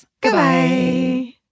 Goodbye